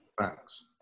Thanks